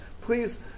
please